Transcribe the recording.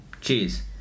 Cheers